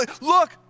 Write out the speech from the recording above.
look